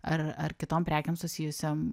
ar ar kitom prekėm susijusiom